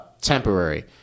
temporary